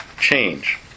change